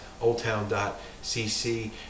oldtown.cc